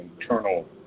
internal